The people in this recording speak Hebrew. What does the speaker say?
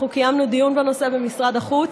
קיימנו דיון בנושא במשרד החוץ.